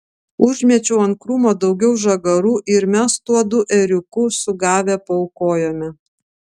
užmečiau ant krūmo daugiau žagarų ir mes tuodu ėriuku sugavę paaukojome